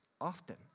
often